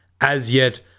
as-yet